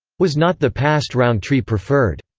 was not the past rountree preferred.